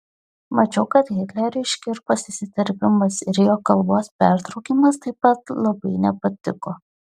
mačiau kad hitleriui škirpos įsiterpimas ir jo kalbos pertraukimas taip pat labai nepatiko